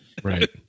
Right